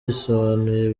risobanuye